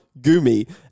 Gumi